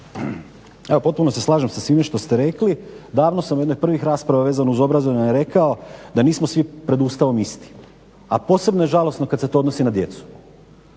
Evo, potpuno se slažem sa svime što ste rekli. Davno sam u jednoj od prvih rasprava vezano uz obrazovanje rekao da nismo svi pred Ustavom isti. A posebno je žalosno kad se to odnosi na djecu.